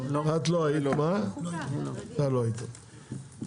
אתה לא היית,